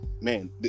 man